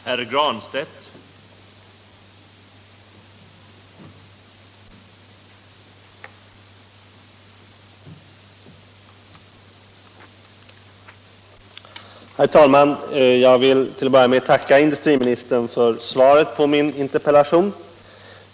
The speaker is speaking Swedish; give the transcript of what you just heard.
Herr talman! Jag vill börja med att tacka industriministern för svaret på min interpellation.